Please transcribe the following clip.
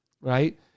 right